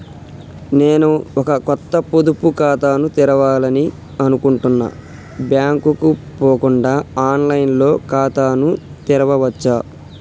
నేను ఒక కొత్త పొదుపు ఖాతాను తెరవాలని అనుకుంటున్నా బ్యాంక్ కు పోకుండా ఆన్ లైన్ లో ఖాతాను తెరవవచ్చా?